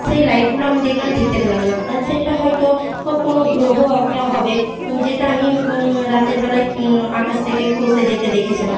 সেই লাইটগুলো আমি দেখলাম দেখতে পেলাম না সেটা হয়তো ও কোনো গ্রহ একটা হবে যেটা আমি রাতের বেলায় আকাশ থেকে খসে যেতে দেখেছিলাম